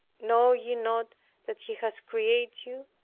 know ye not that he has created you,